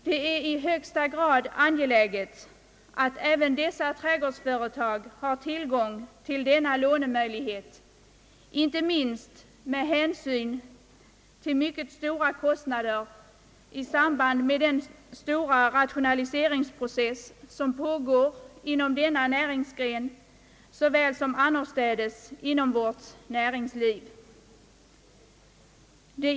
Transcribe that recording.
Det är i högsta grad angeläget att även dessa trädgårdsföretag har tillgång till denna lånemöjlighet, inte minst med hänsyn till mycket stora kostnader i samband med den synnerligen omfattande rationaliseringsprocess som pågår inom denna näringsgren liksom annorstädes inom vårt näringsliv.